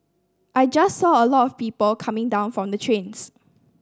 I just saw a lot of people coming down from the trains